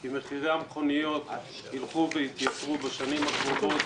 כי מחירי המכוניות יתייקרו בשנים הקרובות